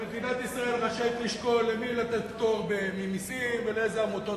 שמדינת ישראל רשאית לשקול למי לתת פטור ממסים ולאיזה עמותות,